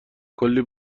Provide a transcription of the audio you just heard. کلی